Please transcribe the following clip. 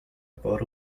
bought